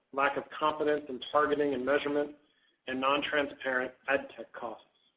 lack of confidence in targeting and measurement and nontransparent ad tech costs.